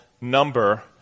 number